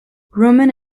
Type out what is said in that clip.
roman